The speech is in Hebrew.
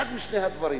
אחד משני הדברים.